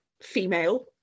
female